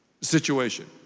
situation